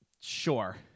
Sure